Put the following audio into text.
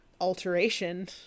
alteration